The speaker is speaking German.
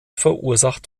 verursacht